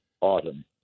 autumn